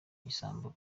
igisambo